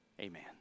Amen